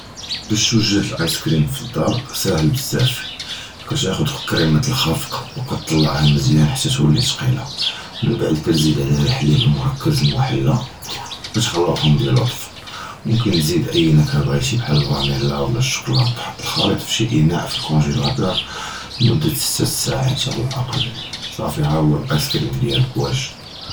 בַּאש תּוֹדֵז לַאִיסְקְרִים פְּדַאר, קַנַאכְּד קְרִימָה לְחַפְּק חֻלִיב מוּרַכַּז מְחֻלָּא, וְתַחְלִיטְהוּם בְּלֻטְף, מֻמְקִין תֹּזִיד אִי נְכַ'ה בְּגַ'ת בַּאש לְפָנִי, בַּאש לְפַנִי אוֹ שׁוֹקֻלַאט, חַט לַחַאיְט בְּשִי אִנַּאֶא פְּלַקוֹנְגִ'לַאטוֹר מֻדַה שֵת סָעָאת עַל לְאָקַל, סָאפִי הַוָא לַאִיסְקְרִים דִיָּאלְכּ וַאגְד.